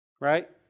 right